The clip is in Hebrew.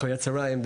אחר הצוהריים,